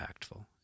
impactful